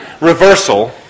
reversal